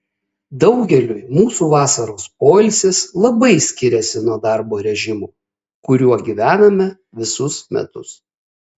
daugeliui mūsų vasaros poilsis labai skiriasi nuo darbo režimo kuriuo gyvename visus metus